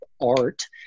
art